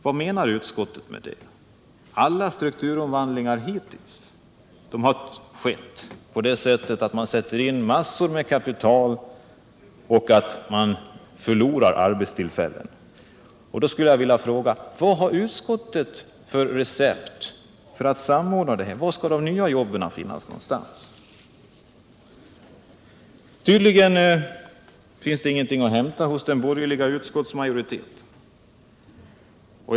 Vad menar utskottet med det? Alla strukturomvandlingar hittills har skett på det sättet att man satt in massor med kapital och förlorat arbetstillfällen. Då skulle jag vilja fråga: Vad har utskottet för recept för att samordna åtgärderna? Var skall de nya jobben finnas? Tydligen finns inget att hämta hos den borgerliga utskottsmajoriteten.